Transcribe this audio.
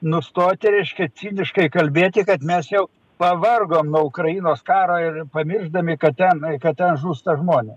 nustoti reiškia ciniškai kalbėti kad mes jau pavargom nuo ukrainos karo ir pamiršdami kad ten kad ten žūsta žmonės